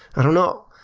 i don't know.